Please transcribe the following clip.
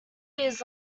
years